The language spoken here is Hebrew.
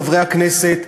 חברי הכנסת,